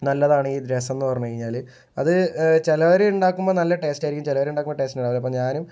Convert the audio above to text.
നല്ലതാണ് ഈ രസം എന്നു പറഞ്ഞു കഴിഞ്ഞാല് അത് ചിലവര് ഉണ്ടാക്കുമ്പോൾ നല്ല ടേസ്റ്റ് ആയിരിക്കും ചിലവരുണ്ടാക്കുമ്പോൾ ടേസ്റ്റ് ഉണ്ടാവില്ല അപ്പോൾ ഞാനും